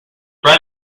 its